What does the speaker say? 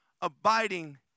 Abiding